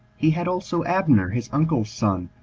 he had also abner, his uncle's son,